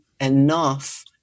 enough